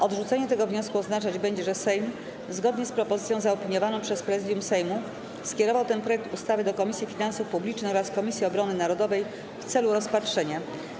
Odrzucenie tego wniosku oznaczać będzie, że Sejm, zgodnie z propozycją zaopiniowaną przez Prezydium Sejmu, skierował ten projekt ustawy do Komisji Finansów Publicznych oraz Komisji Obrony Narodowej w celu rozpatrzenia.